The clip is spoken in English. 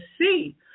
see